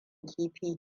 kifi